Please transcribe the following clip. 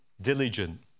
diligent